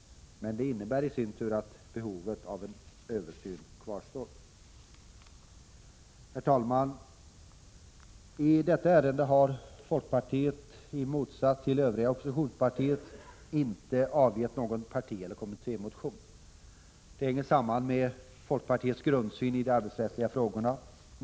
Men det innebär i sin tur att behovet av en översyn kvarstår. Herr talman! I detta ärende har folkpartiet i motsats till övriga oppositionspartier inte avgett någon partieller kommittémotion. Detta hänger samman med folkpartiets grundsyn i de arbetsrättsliga frågorna.